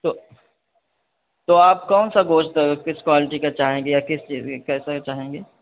تو توآپ کونسا گوشت کس کوالٹی کا چاہیں گے یا کس کیسا چاہیں گے